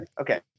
Okay